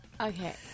Okay